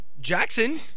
Jackson